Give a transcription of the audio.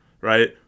right